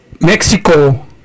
mexico